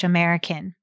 American